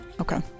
Okay